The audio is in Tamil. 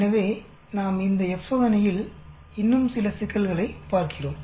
எனவே நாம் இந்த F சோதனையில் இன்னும் சில சிக்கல்களை பார்க்கிறோம்